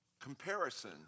comparison